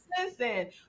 Listen